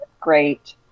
great